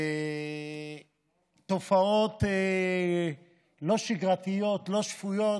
ותופעות לא שגרתיות, לא שפויות,